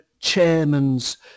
chairman's